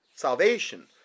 salvation